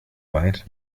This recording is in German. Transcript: weit